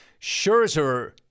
Scherzer